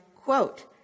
quote